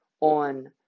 on